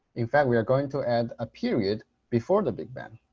in fact, we are going to add a period before the big bang.